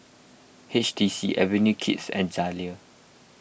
H T C Avenue Kids and Zalia